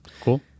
Cool